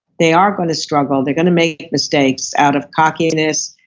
they are going to struggle, they're going to make mistakes out of cockiness,